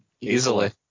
Easily